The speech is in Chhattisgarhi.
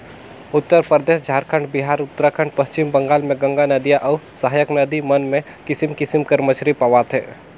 उत्तरपरदेस, झारखंड, बिहार, उत्तराखंड, पच्छिम बंगाल में गंगा नदिया अउ सहाएक नदी मन में किसिम किसिम कर मछरी पवाथे